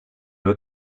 were